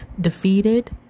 defeated